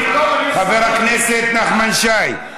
חבר הכנסת נחמן שי.